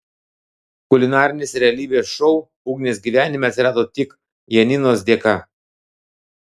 kulinarinis realybės šou ugnės gyvenime atsirado tik janinos dėka